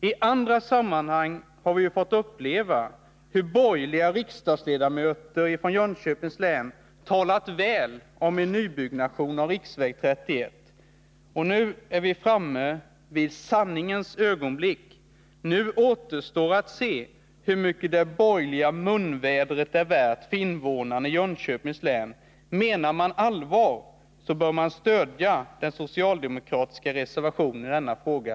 I andra sammanhang har vi fått uppleva hur borgerliga riksdagsledamöter från Jönköpings län talat väl om en nybyggnation av riksväg 31 — nu är vi framme vid sanningens ögonblick. Nu återstår att se hur mycket det borgerliga munvädret är värt för invånarna i Jönköpings län. Menar man allvar bör man stödja den socialdemokratiska reservationen i denna fråga.